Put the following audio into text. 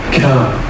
come